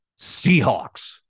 Seahawks